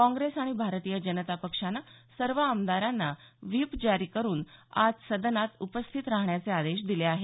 काँग्रेस आणि भारतीय जनता पक्षानं सर्व आमदारांना व्हीप जारी करुन आज सदनात उपस्थित राहण्याचे आदेश दिले आहेत